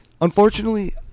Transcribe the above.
unfortunately